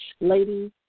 Ladies